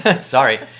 sorry